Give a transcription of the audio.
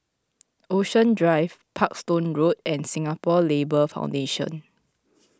Ocean Drive Parkstone Road and Singapore Labour Foundation